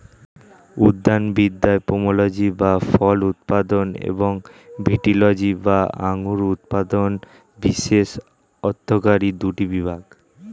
উদ্যানবিদ্যায় পোমোলজি বা ফল উৎপাদন এবং ভিটিলজি বা আঙুর উৎপাদন বিশেষ অর্থকরী দুটি বিভাগ